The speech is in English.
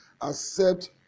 Accept